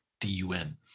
D-U-N